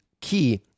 key